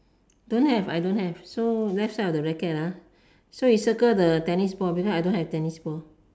don't have I don't have so left side of the racket so you circle the tennis ball because I don't have tennis ball